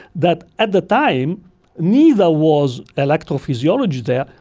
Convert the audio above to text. that at the time neither was electrophysiology there,